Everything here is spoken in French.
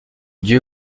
dieu